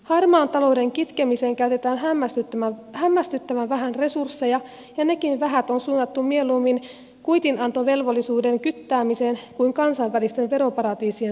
harmaan talouden kitkemiseen käytetään hämmästyttävän vähän resursseja ja nekin vähät on suunnattu mieluummin kuitinantovelvollisuuden kyttäämiseen kuin kansainvälisten veroparatiisien sulkemiseen